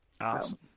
Awesome